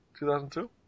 2002